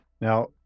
Now